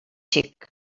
xic